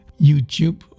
YouTube